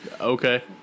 okay